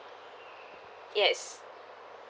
yes